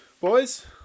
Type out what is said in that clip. Boys